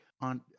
on